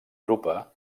drupa